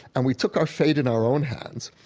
and we took our fate in our own hands.